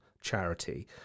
charity